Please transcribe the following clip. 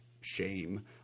shame